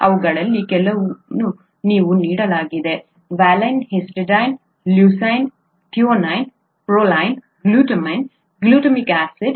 ಇವುಗಳಲ್ಲಿ ಕೆಲವನ್ನು ಇಲ್ಲಿ ನೀಡಲಾಗಿದೆ valine histidine leucine threonine proline glutamine glutamic acid